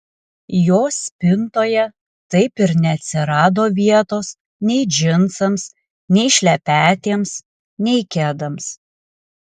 jos spintoje taip ir neatsirado vietos nei džinsams nei šlepetėms nei kedams